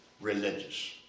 religious